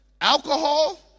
Alcohol